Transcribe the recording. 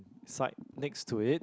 side next to it